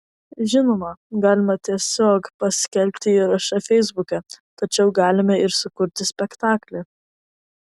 žinoma galima tiesiog paskelbti įrašą feisbuke tačiau galima ir sukurti spektaklį